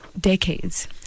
decades